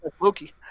Loki